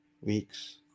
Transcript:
Weeks